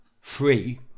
free